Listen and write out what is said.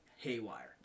haywire